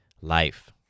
life